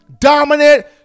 dominant